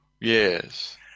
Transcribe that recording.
yes